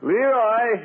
Leroy